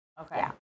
okay